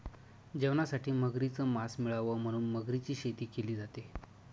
जेवणासाठी मगरीच मास मिळाव म्हणून मगरीची शेती केली जाते